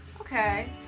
Okay